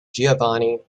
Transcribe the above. giovanni